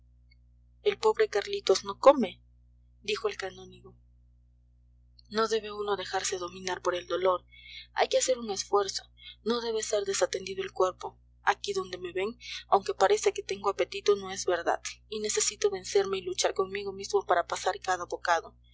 el pobre carlitos no come dijo el canónigo no debe uno dejarse dominar por el dolor hay que hacer un esfuerzo no debe ser desatendido el cuerpo aquí donde me ven aunque parece que tengo apetito no es verdad y necesito vencerme y luchar conmigo mismo para pasar cada bocado